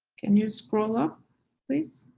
can you scroll up please?